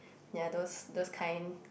ya those those kind